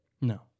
No